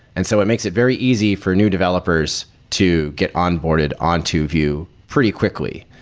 and so it makes it very easy for new developers to get on boarded on to view pretty quickly.